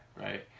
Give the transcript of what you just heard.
right